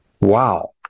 Wow